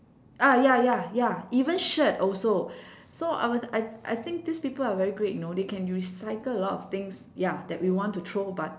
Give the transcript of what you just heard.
ah ya ya ya even shirt also so I was I I think these people are very great you know they can recycle a lot of things ya that we want to throw but